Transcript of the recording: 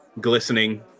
glistening